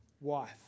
wife